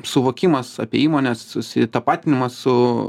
suvokimas apie įmonės susitapatinimą su